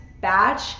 batch